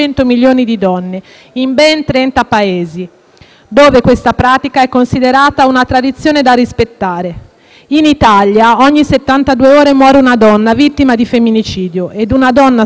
dove questa pratica è considerata una tradizione da rispettare. In Italia ogni settantadue ore muore una donna vittima di femminicidio e una donna su tre ha subìto almeno una volta violenza.